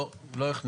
לא, לא הכניסו.